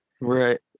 right